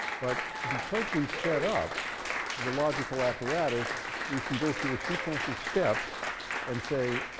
but because we've set up the logical apparatus, we can go through a sequence of steps and say,